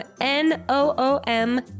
N-O-O-M